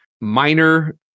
minor